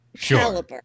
Sure